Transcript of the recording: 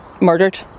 murdered